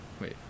Wait